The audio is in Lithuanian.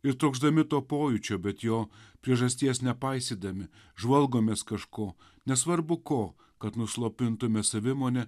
ir trokšdami to pojūčio bet jo priežasties nepaisydami žvalgomės kažko nesvarbu ko kad nuslopintume savimonę